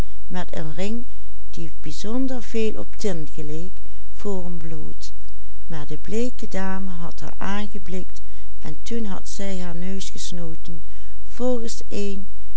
bleeke dame had haar aangeblikt en toen had zij haar neus gesnoten volgens een